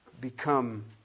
become